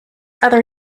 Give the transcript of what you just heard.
other